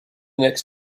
next